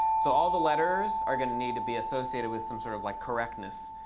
so all the letters are going to need to be associated with some sort of like correctness,